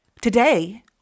Today